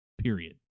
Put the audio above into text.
Period